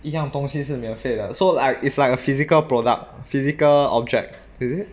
一样东西是免费的 so like it's like a physical product physical object is it